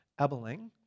Ebeling